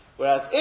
Whereas